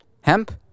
Hemp